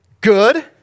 good